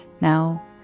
now